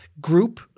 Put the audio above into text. group